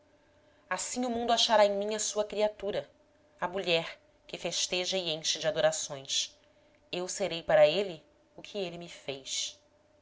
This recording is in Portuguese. assim o mundo achará em mim a sua criatura a mulher que festeja e enche de adorações eu serei para ele o que ele me fez